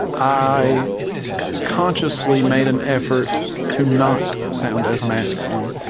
i consciously made an effort to not sound as masculine,